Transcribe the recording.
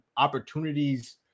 Opportunities